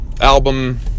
album